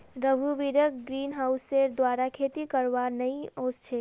रघुवीरक ग्रीनहाउसेर द्वारा खेती करवा नइ ओस छेक